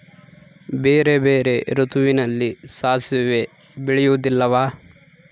ಬೇರೆ ಬೇರೆ ಋತುವಿನಲ್ಲಿ ಸಾಸಿವೆ ಬೆಳೆಯುವುದಿಲ್ಲವಾ?